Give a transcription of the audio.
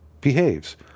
behaves